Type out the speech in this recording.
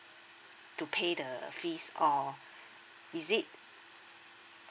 to pay the fees or is it